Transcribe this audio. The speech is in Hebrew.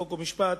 חוק ומשפט,